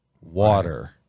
water